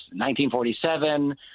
1947